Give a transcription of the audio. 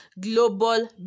global